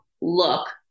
look